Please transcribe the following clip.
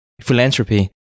philanthropy